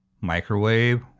Microwave